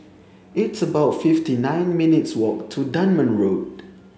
it's about fifty nine minutes' walk to Dunman Road